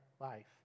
life